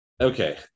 Okay